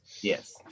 Yes